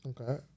Okay